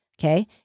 okay